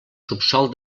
subsòl